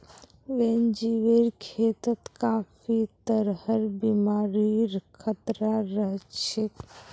वन्यजीवेर खेतत काफी तरहर बीमारिर खतरा रह छेक